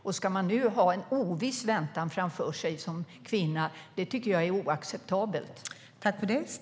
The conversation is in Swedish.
Att man nu ska ha en oviss väntan framför sig som kvinna tycker jag är oacceptabelt.